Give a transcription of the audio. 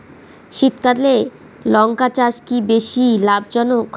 শীতকালে লঙ্কা চাষ কি বেশী লাভজনক?